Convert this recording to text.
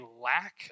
lack